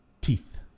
teeth